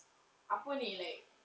apa ni like